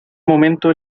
momento